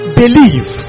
believe